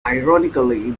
ironically